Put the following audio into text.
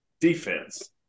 defense